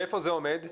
ואיפה זה עומד?